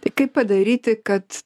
tai kaip padaryti kad